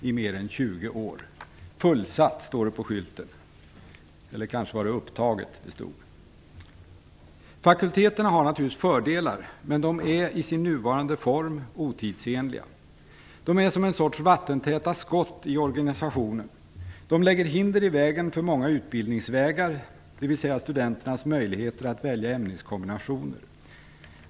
På skylten står "fullsatt" eller möjligen Fakulteterna har naturligtvis fördelar, men de är otidsenliga i sin nuvarande form. De är ett slags vattentäta skott i organisationen. De lägger hinder i vägen för många utbildningsvägar, dvs. för studenternas möjligheter att välja ämneskombinationer.